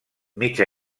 mig